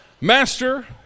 Master